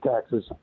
taxes